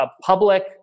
public